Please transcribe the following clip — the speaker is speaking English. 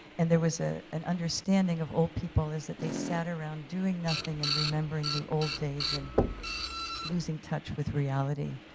and there was ah an understanding of old people is that they sat around doing nothing and remembering the old days and losing touch with reality.